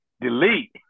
delete